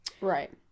right